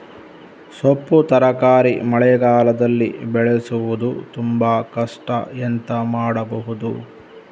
ಸೊಪ್ಪು ತರಕಾರಿ ಮಳೆಗಾಲದಲ್ಲಿ ಬೆಳೆಸುವುದು ತುಂಬಾ ಕಷ್ಟ ಎಂತ ಮಾಡಬಹುದು?